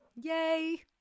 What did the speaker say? yay